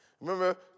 Remember